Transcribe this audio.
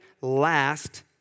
last